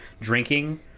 drinking